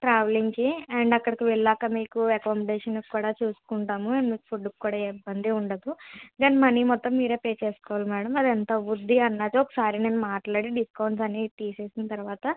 ట్రావెలింగ్కి అండ్ అక్కడికి వెళ్ళాక మీకు అకామడేషన్కి కూడా చూసుకుంటాము ఫుడ్కు కూడా ఏం ఇబ్బంది ఉండదు దెన్ మనీ మొత్తం మీరే పే చేసుకోవాలి మేడం అదెంత అవ్వుద్ది అన్నది ఒకసారి నేను మాట్లాడి డిస్కౌంట్స్ అన్నీ తీసేసిన తర్వాత